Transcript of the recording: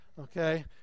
Okay